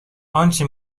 آنچه